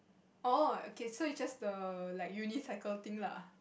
oh okay so it's just the like unicycle thing lah